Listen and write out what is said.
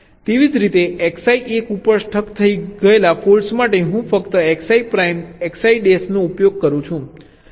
તેવી જ રીતે Xi 1 ઉપર સ્ટક થઈ ગયેલા ફોલ્ટ્ માટે હું ફક્ત Xi પ્રાઇમ Xi ડેશનો ઉપયોગ કરું છું